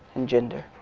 and gender,